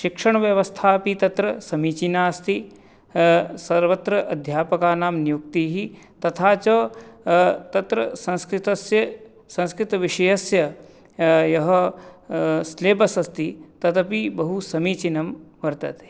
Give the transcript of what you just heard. शिक्षणव्यवस्था अपि तत्र समीचीना अस्ति सर्वत्र अध्यापकानां नियुक्तिः तथा च तत्र संस्कृतस्य संस्कृतविषयस्य यः सिलेबस् अस्ति तदपि बहुसमीचीनं वर्तते